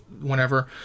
whenever